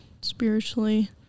spiritually